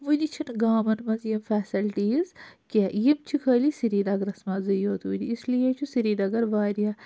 وُنہِ چھِنہٕ گامَن منٛز یِم فیسَلٹیٖز کیٚنٛہہ یِم چھِ خٲلی سری نَگرَس منٛزٕے یوت وُنہِ اِسلیے چھُ سری نَگر وارِیاہ